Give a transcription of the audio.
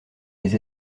les